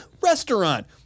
restaurant